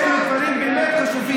אלה דברים טובים.